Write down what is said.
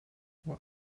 what